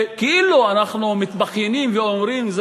ואנחנו כאילו מתבכיינים ואומרים: